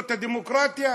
זאת הדמוקרטיה?